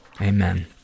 Amen